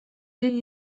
egin